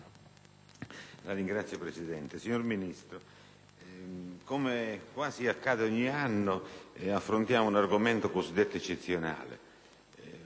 Signor Presidente, signor Ministro, come accade quasi ogni anno, affrontiamo un argomento cosiddetto eccezionale,